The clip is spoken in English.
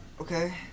Okay